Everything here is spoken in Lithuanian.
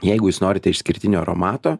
jeigu jūs norite išskirtinio aromato